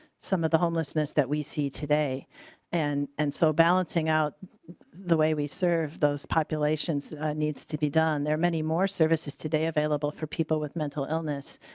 some of the homelessness that we see today and and so balancing out the way we serve those populations needs to be done. there are many more services today available for people with mental illness.